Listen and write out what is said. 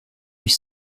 huit